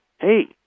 hey